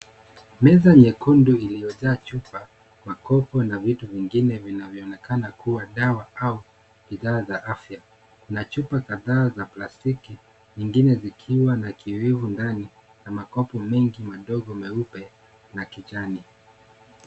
Meza nyekundu iliyojaa chupa, makopo na vitu vingine vinavyoonekana kuwa dawa au bidhaa za afya, kuna chupa kadhaa za plastiki nyingine zikiwa na kiowevu ndani na makopo mengi madogo meupe na kijani.